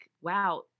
wow